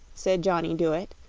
said johnny dooit,